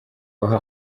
wahawe